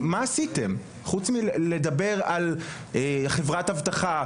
מה עשיתם חוץ מלדבר על חברת אבטחה,